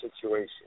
situation